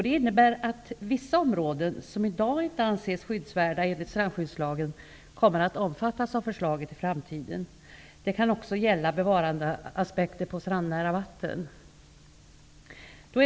Det innebär att vissa områden, som i dag inte anses skyddsvärda enligt strandskyddslagen, i framtiden kommer att omfattas av förslaget. Det kan också gälla bevarandeaspekter på strandnära vatten.